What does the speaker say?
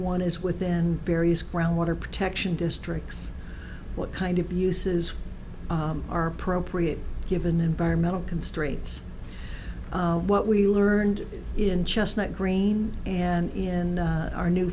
one is within various groundwater protection districts what kind of uses are appropriate given environmental constraints what we learned in chestnut green and in our new